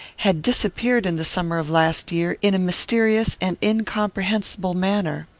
had disappeared in the summer of last year, in a mysterious and incomprehensible manner.